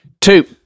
Two